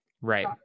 Right